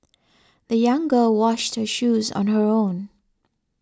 the young girl washed her shoes on her own